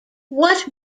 what